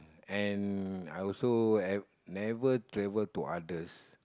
and I also ever never travel to others